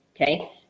Okay